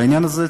והעניין הזה,